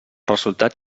resultat